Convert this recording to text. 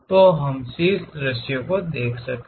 तो हम शीर्ष दृश्य को देखें